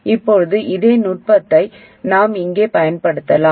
இப்போது அதே நுட்பத்தை நாம் இங்கே பயன்படுத்தலாம்